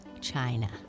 China